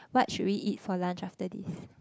what should we eat for lunch after this